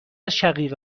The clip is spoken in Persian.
شقیقه